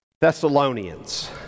Thessalonians